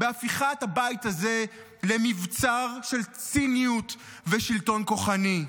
בהפיכת הבית הזה למבצר של ציניות ושלטון כוחני.